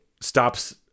stops